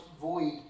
void